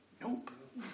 Nope